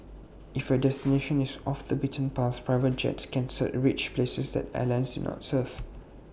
if your destination is off the beaten path private jets cancer reach places that airlines not serve